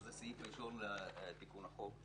שזה הסעיף הראשון לתיקון החוק,